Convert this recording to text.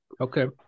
Okay